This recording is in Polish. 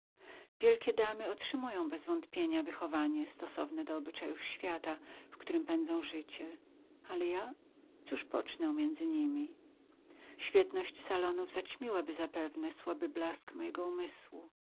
wielkie damy otrzymują bez wątpienia wychowanie stosowne do obyczajów świata w którym pędzą życie ale ja cóż pocznę miedzy nimi świetność salonów zaćmiłaby zapewne słaby blask mojego umysłu